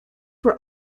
were